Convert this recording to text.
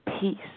peace